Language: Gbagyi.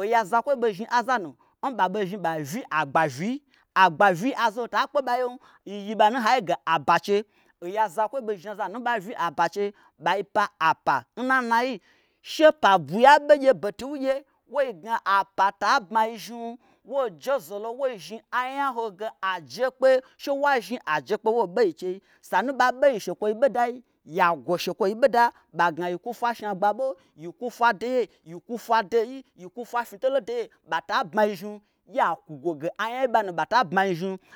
oya zakwoi ɓei zhni azanu nɓaɓei zhni ɓai vyi agbavyii agbavyii azoho takpe ɓayem yiyi ɓanu nhai yege abache oya zakwoi ɓei zhni azanu n ɓavyi abache ɓai pa apa nnanai she pabwui aɓe ngye betugye woi gna apata bmaizhnim woi jezolo woi zhni anyaho ge ajekpe she wazhni ajekpe woi ɓe yi nchei sanu nɓa ɓeyi nshekwoyi ɓodai ya gwo shekwoyi ɓoda ɓagna yikwu fwa shna gbabo yikwu fwa deye yikwu fwa deyi yikwu fwa fnyitolo deye ɓata gbmayi zhnim yakwu gwo ge anyai nɓa nu ɓata bmai zhnim